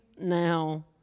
now